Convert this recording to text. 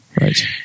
right